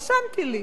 רשמתי לי: